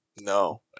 No